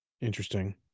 interesting